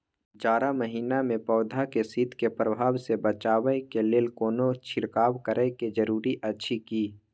जारा महिना मे पौधा के शीत के प्रभाव सॅ बचाबय के लेल कोनो छिरकाव करय के जरूरी अछि की?